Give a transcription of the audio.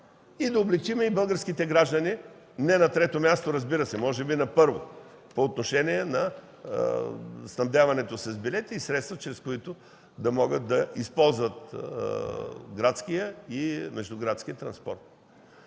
да облекчим българските граждани, не на трето място, разбира се, може би на първо, по отношение на снабдяването с билети и средства, чрез които да могат да използват градския и междуградския транспорт,